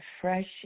fresh